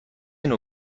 نوع